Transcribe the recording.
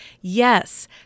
Yes